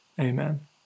Amen